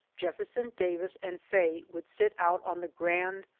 jefferson davis and faye would sit out on the grand,